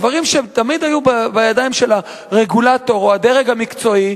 דברים שתמיד היו בידיים של הרגולטור או הדרג המקצועי,